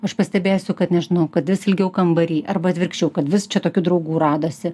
aš pastebėsiu kad nežinau kad jis ilgiau kambary arba atvirkščiau kad vis čia tokių draugų radosi